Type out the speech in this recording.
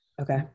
okay